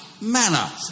manner